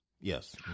Yes